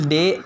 Day